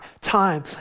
time